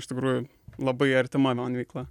iš tikrųjų labai artima man veikla